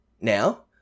now